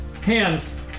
hands